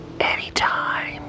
anytime